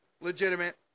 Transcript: legitimate